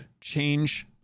change